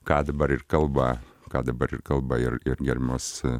ką dabar ir kalba ką dabar ir kalba ir ir gerbiamas